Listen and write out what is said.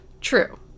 True